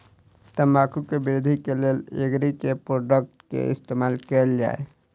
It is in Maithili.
तम्बाकू केँ वृद्धि केँ लेल एग्री केँ के प्रोडक्ट केँ इस्तेमाल कैल जाय?